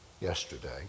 yesterday